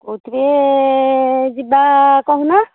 କେଉଁଥିରେ ଯିବା କହୁନ